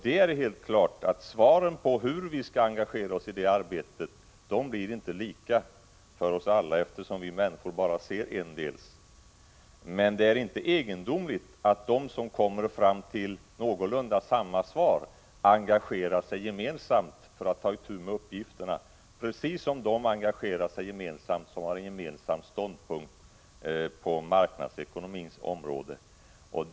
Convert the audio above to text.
Det är helt klart att svaren på hur vi skall engagera oss i det arbetet inte blir lika för oss alla, eftersom vi människor bara ser endels. Men det är inte egendomligt att de som kommer fram till någorlunda lika svar engagerar sig gemensamt för att ta itu med uppgifterna, precis som de engagerar sig gemensamt som har gemensam ståndpunkt på marknadsekonomins område.